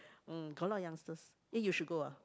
mm got a lot of youngsters eh you should go ah